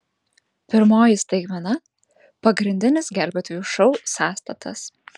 pirmoji staigmena pagrindinis gelbėtojų šou sąstatas